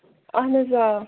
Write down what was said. اَہَن حظ آ